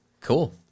Cool